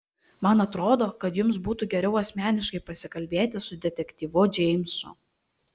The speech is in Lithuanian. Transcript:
man atrodo kad jums būtų geriau asmeniškai pasikalbėti su detektyvu džeimsu